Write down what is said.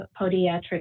podiatric